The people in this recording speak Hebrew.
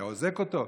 היה אוזק אותו,